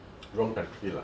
wrong country lah